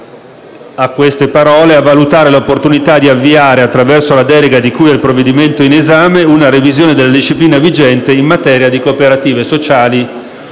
seguenti parole: «a valutare l'opportunità di avviare, attraverso la delega di cui al provvedimento in esame, una revisione della disciplina vigente in materia di cooperative sociali».